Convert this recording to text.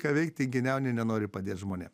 ką veikt tinginiauni nenori padėt žmonėm